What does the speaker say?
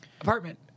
Apartment